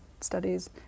studies